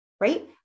right